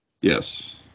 Yes